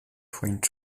trained